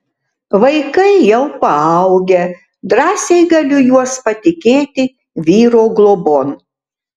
vaikai jau paaugę drąsiai galiu juos patikėti vyro globon